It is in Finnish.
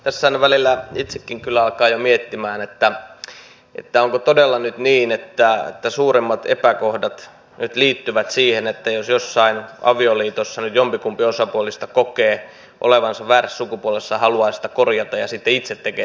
tässä välillä itsekin alkaa jo miettimään onko todella niin että suurimmat epäkohdat nyt liittyvät siihen että jossain avioliitossa jompikumpi osapuolista kokee olevansa väärässä sukupuolessa ja haluaa sitä korjata ja sitten itse tekee sen päätöksen